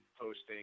posting